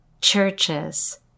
churches